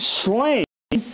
slain